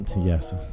Yes